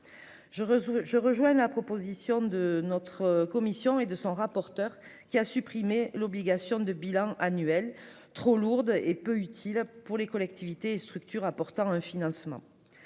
Je rejoins la position de notre commission, qui, sur l'initiative de son rapporteur, a supprimé l'obligation de bilan annuel, trop lourde et peu utile, pour les collectivités et structures apportant un financement.